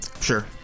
Sure